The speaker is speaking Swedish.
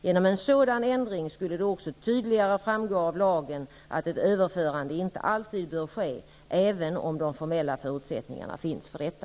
Genom en sådan ändring skulle det också tydligare framgå av lagen att ett överförande inte alltid bör ske, även om de formella förutsättningarna finns för detta.